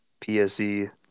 PSE